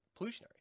pollutionary